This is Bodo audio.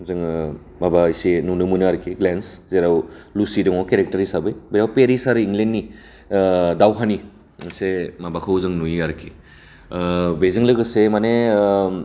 जोङो माबा एसे नुनो मोनो आरखि लेनस जेराव लुसि दङ केरेकटार हिसाबै बेयाव पेरिस आरो इंलेन्डनि ओ दावहानि मोनसे माबाखौ जों नुयो आरखि ओ बेजों लोगोसे माने ओ